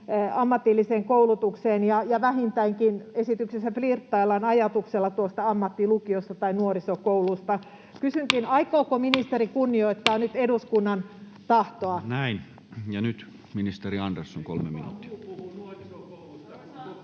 ammatilliseen koulutukseen, ja vähintäänkin esityksessä flirttaillaan ajatuksella tuosta ammattilukiosta tai nuorisokoulusta. Kysynkin: aikooko ministeri kunnioittaa nyt eduskunnan tahtoa? [Jukka Gustafsson: Ei kukaan